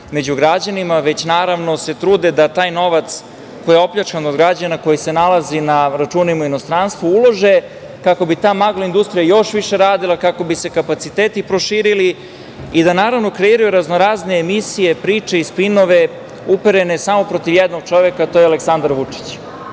među građanima, već naravno se trude da taj novac koji je opljačkan od građana, koji se nalazi na računima u inostranstvu ulože kako bi ta magla industrija još više radila, kako bi se kapaciteti proširili i da naravno kreiraju raznorazne emisije, priče i spinove uperene samo protiv jednog čoveka, a to je Aleksandar Vučić,